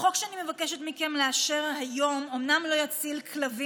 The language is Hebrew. החוק שאני מבקשת מכם לאשר היום אומנם לא יציל כלבים